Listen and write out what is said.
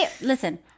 listen